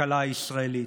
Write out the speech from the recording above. לכלכלה הישראלית,